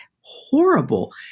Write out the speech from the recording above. horrible